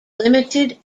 limited